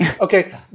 Okay